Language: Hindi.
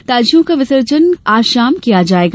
ताजियों का विसर्जन आज शाम किया जाएगा